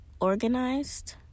organized